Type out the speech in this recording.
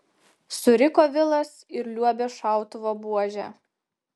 suriko vilas ir liuobė šautuvo buože